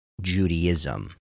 Judaism